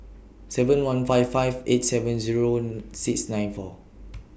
seven one five five eight seven Zero and six nine four